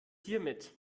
hiermit